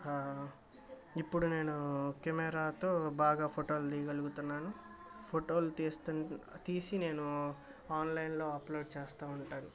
ఇప్పుడు నేను కెమెరాతో బాగా ఫొటోలు దియగలుగుతున్నాను ఫొటోలు తీస్తున్ తీసి నేను ఆన్లైన్లో అప్లోడ్ చేస్తా ఉంటాను